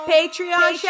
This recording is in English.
Patreon